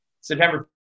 September